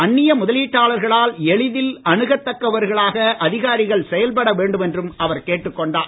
அந்நிய முதலீட்டாளர்களால் எளிதில் அணுகத்தக்கவர்களாக அதிகாரிகள் செயல்பட வேண்டும் என்றும் அவர் கேட்டுக் கொண்டார்